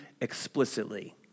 explicitly